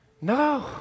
No